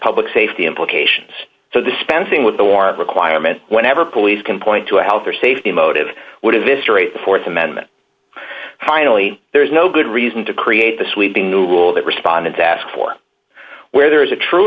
public safety implications so the spending with the war requirement whenever police can point to a health or safety motive would have destroyed the th amendment finally there is no good reason to create the sweeping new rule that responded to ask for where there is a true